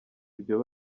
ibyo